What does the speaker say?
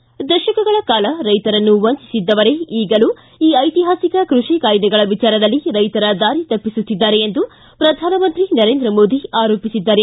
ದಶಕಗಳ ಕಾಲ ರೈತರನ್ನು ವಂಚಿಸಿದ್ದವರೇ ಈಗಲೂ ಈ ಐತಿಹಾಸಿಕ ಕೃಷಿ ಕಾಯ್ದೆಗಳ ವಿಚಾರದಲ್ಲಿ ರೈತರ ದಾರಿ ತಪ್ಪಿಸುತ್ತಿದ್ದಾರೆ ಎಂದು ಪ್ರಧಾನಮಂತ್ರಿ ನರೇಂದ್ರ ಮೋದಿ ಆರೋಪಿಸಿದ್ದಾರೆ